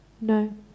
No